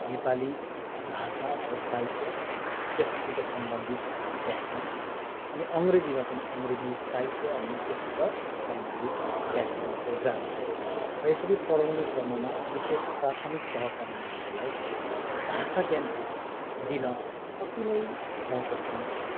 नेपाली भाषा अथवा साहित्य त्यससित सम्बन्धित व्याकरण अनि अङ्ग्रेजीमा पनि अङ्ग्रेजी साहित्य अनि त्यससित सम्बन्धित व्याकरण अथवा ग्रामर र यसरी पढाउने क्रममा विशेष प्राथमिक तहका नानीहरूलाई भाषा ज्ञान दिन अति नै महत्त्वपूर्ण छ